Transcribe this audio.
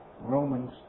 Romans